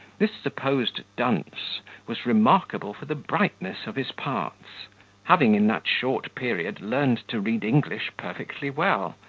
this supposed dunce was remarkable for the brightness of his parts having in that short period learnt to read english perfectly well,